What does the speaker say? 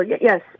Yes